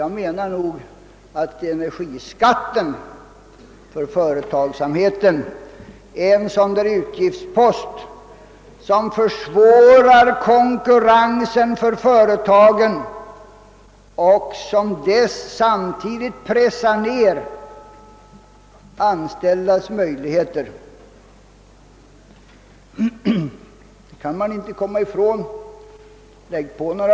Jag anser att energiskatten är en sådan utgiftspost som försvårar konkurrensen för företagen och dessutom pressar ner de anställdas möjligheter till löneförhöjningar. Man kan inte komma ifrån att så är förhållandet.